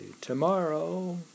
Tomorrow